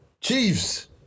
Chiefs